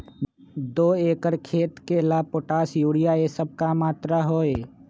दो एकर खेत के ला पोटाश, यूरिया ये सब का मात्रा होई?